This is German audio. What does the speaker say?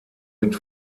mit